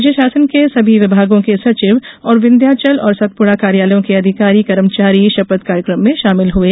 राज्य शासन के सभी विभागों के सचिव और विंध्याचल और सतपुड़ा कार्यालयों के अधिकारी कर्मचारी शपथ कार्यक्रम में शामिल हुये